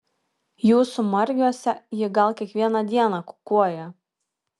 jūsų margiuose ji gal kiekvieną dieną kukuoja